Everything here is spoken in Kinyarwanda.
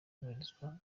kubahirizwa